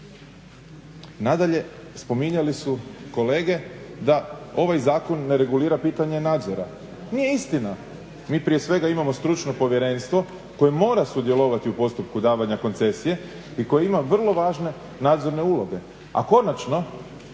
Nadalje, spominjale su kolege da ovaj zakon ne regulira pitanje nadzora. Nije istina, mi prije svega imamo stručno povjerenstvo koje mora sudjelovati u postupku davanja koncesije i koje ima vrlo važne nadzorne uloge. A konačno